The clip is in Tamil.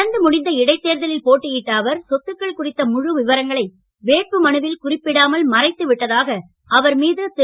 நடந்து முடிந்த இடைத்தேர்தலில் போட்டியிட்ட அவர் சொத்துகள் குறித்த முழு விவரங்களை வேட்புமனுவில் குறிப்பிடாமல் மறைத்துவிட்டதாக அவர் மீது திரு